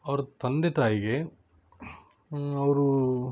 ಅವರ ತಂದೆ ತಾಯಿಗೆ ಅವರು